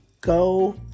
go